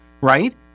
Right